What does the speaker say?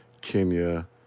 Kenya